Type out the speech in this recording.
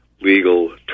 legal